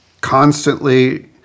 constantly